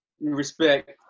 respect